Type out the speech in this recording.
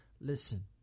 Listen